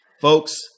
Folks